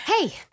Hey